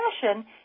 fashion